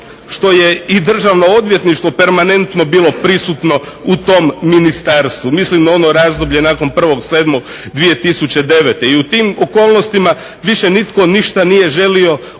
što je i državno odvjetništvo permanentno bilo prisutno u tom ministarstvu. Mislim na ono razdoblje nakon 1.7.2009. i u tim okolnostima više nitko ništa nije želio poduzimati.